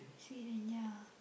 Sweden yeah